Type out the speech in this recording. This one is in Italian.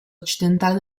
occidentale